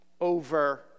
over